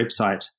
website